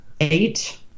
eight